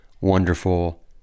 wonderful